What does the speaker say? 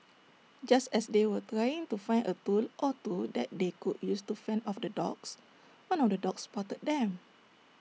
just as they were trying to find A tool or two that they could use to fend off the dogs one of the dogs spotted them